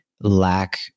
lack